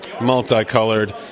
multicolored